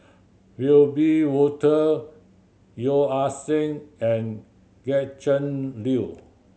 Wiebe Wolter Yeo Ah Seng and Gretchen Liu